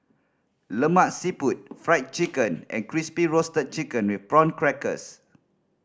Lemak Siput Fried Chicken and Crispy Roasted Chicken with Prawn Crackers